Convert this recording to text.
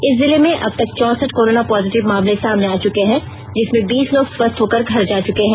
इस जिले में अब तक चौसठ कोरोना पॉजिटिव मामले सामने आ चुके हैं जिसमें बीस लोग स्वस्थ होकर घर जा चुके हैं